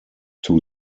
two